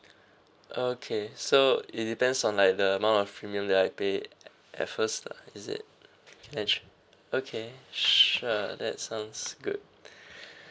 okay so it depends on like the amount of premium that I paid at first lah is it age okay sure that sounds good like